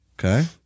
Okay